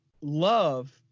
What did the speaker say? love